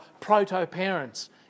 proto-parents